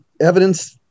evidence